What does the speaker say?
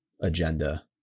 agenda